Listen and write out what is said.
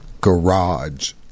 garage